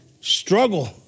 struggle